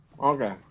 Okay